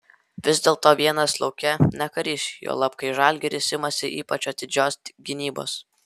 vis dėlto vienas lauke ne karys juolab kai žalgiris imasi ypač atidžios gynybos